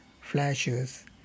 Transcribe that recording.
flashes